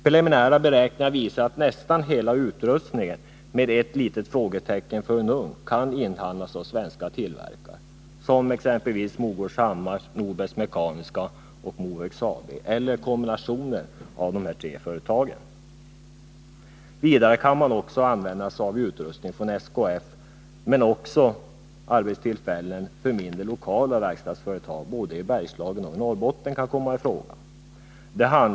Preliminära beräkningar visar att nästan hela utrustningen — med ett litet frågetecken för en ugn — kan inhandlas av svenska tillverkare, exempelvis av Morgårdshammar, Norbergs Mek. Verkstad och Mohög AB eller kombinationer av dessa tre företag. Vidare kan man använda sig av utrustning från SKF, men också mindre lokala verkstadsföretag både i Bergslagen och i Norrbotten kan komma i fråga och därigenom ges möjlighet att skapa arbetstillfällen.